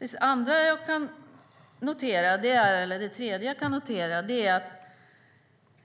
Det andra jag kan notera är att